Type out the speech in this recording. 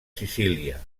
sicília